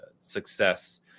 success